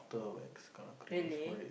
really